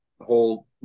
whole